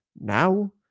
now